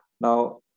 Now